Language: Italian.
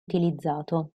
utilizzato